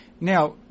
Now